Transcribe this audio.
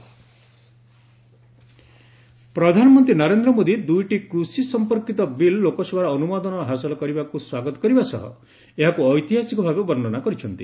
PM welcome farm bill ପ୍ରଧାନମନ୍ତ୍ରୀ ନରେନ୍ଦ୍ର ମୋଦୀ ଦୁଇଟି କୃଷି ସମ୍ପର୍କିତ ବିଲ୍ ଲୋକସଭାର ଅନୁମୋଦନ ହାସଲ କରିବାକୁ ସ୍ୱାଗତ କରିବା ସହ ଏହାକୁ ଐତିହାସିକ ଭାବେ ବର୍ଣ୍ଣନା କରିଛନ୍ତି